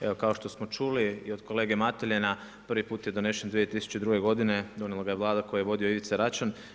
Evo kao što smo čuli i od kolege Mateljana prvi put je donesen 2002. godine, donijela ga je Vlada koju je vodio Ivica Račan.